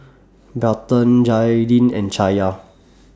Barton Jaidyn and Chaya